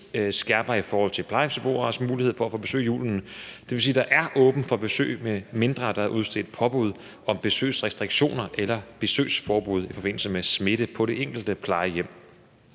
skærpede i forhold til plejehjemsbeboeres mulighed for at få besøg i julen. Det vil sige, at der er åbent for besøg, medmindre der er udstedt påbud om besøgsrestriktioner eller besøgsforbud i forbindelse med smitte på det enkelte plejehjem.